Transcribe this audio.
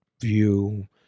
view